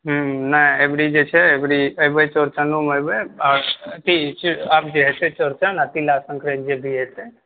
अबरी जे छै अबरी अय बेर चौड़चनोमे एबै अथी आब जे हेतय चौड़चन तिला संक्रांति जे भी अइतै